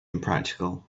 impractical